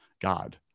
God